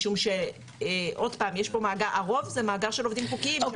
משום שהרוב זה מאגר של עובדים חוקיים.